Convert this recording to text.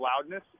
loudness